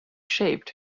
shaped